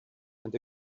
and